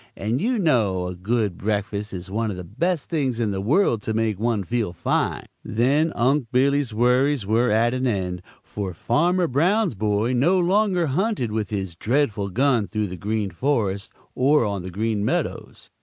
and you know a good breakfast is one of the best things in the world to make one feel fine. then unc' billy's worries were at an end, for farmer brown's boy no longer hunted with his dreadful gun through the green forest or on the green meadows.